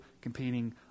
competing